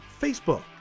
Facebook